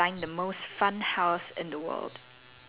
oh okay it's a creative question